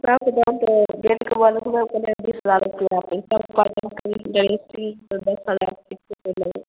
सहए तऽ बीस हजार रुपिआ तऽ दश हजार